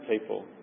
people